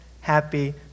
Happy